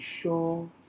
sure